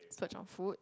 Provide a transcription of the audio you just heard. splurge on food